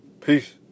Peace